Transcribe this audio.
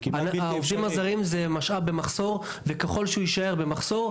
העובדים הזרים זה משאב שמצוי במחסור וככל שהוא יהיה במחסור,